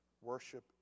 Worship